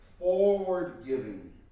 forward-giving